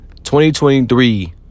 2023